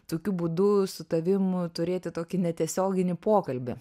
tokiu būdu su tavim turėti tokį netiesioginį pokalbį